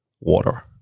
water